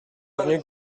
avenue